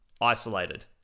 isolated